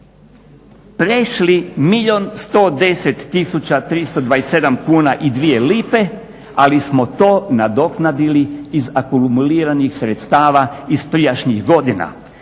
110 tisuća 327 kuna i 2 lipe, ali smo to nadoknadili iz akumuliranih sredstava iz prijašnjih godina.